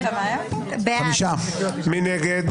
מי נגד?